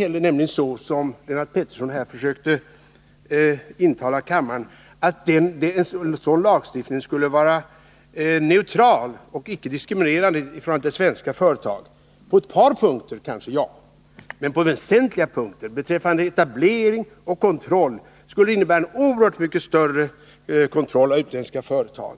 Det är inte heller så som Lennart Pettersson försökte intala kammarens ledamöter, nämligen att en sådan lagstiftning skulle vara neutral och icke diskriminerande i förhållande till svenska företag. Möjligen på ett par punkter, men på den väsentliga punkten, beträffande etablering och kontroll, skulle det innebära en oerhört mycket större kontroll av utländska företag.